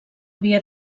havia